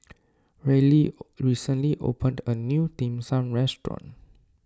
Ryley recently opened a new Dim Sum restaurant